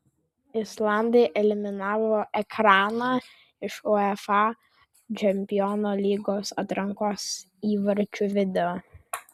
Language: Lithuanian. islandai eliminavo ekraną iš uefa čempionų lygos atrankos įvarčių video